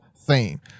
Theme